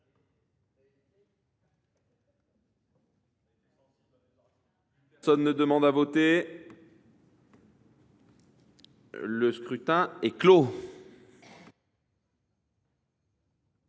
Personne ne demande plus à voter ?… Le scrutin est clos.